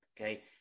Okay